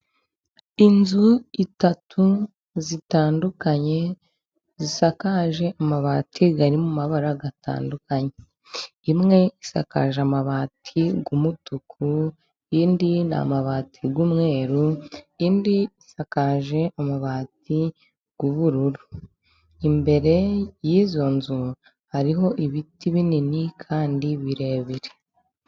Inzu eshatu, zitandukanye zisakaje amabati ari mu mabara atandukanye; imwe isakaje amabati y'umutuku indi ni amabati y'umweru indi isakaje amabati y'ubururu, imbere y'izo nzu hariho ibiti binini kandi birebire.